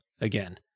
again